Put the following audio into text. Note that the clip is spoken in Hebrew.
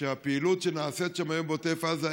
שהפעילות שנעשית שם היום בעוטף עזה,